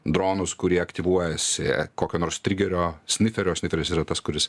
dronus kurie aktyvuojasi kokio nors trigerio sniferio sniferis yra tas kuris